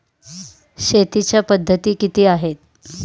शेतीच्या पद्धती किती आहेत?